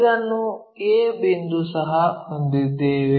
ಇದನ್ನು a ಬಿಂದು ಸಹ ಹೊಂದಿದ್ದೇವೆ